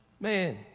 Man